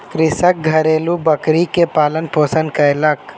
कृषक घरेलु बकरी के पालन पोषण कयलक